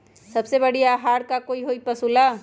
सबसे बढ़िया आहार का होई पशु ला?